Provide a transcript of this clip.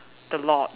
the lord